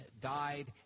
died